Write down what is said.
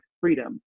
freedom